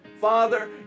Father